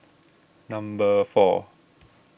number four